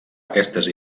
aquestes